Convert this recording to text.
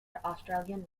australian